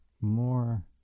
more